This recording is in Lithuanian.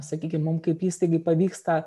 sakykim mum kaip įstaigai pavyksta